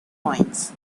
points